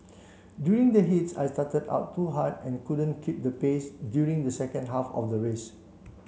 during the heats I started out too hard and couldn't keep the pace during the second half of the race